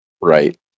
Right